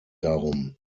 darum